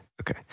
okay